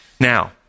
Now